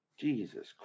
Jesus